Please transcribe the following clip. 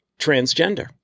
transgender